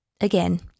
again